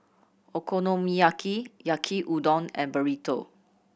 Okonomiyaki Yaki Udon and Burrito